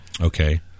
okay